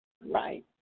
Right